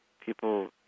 People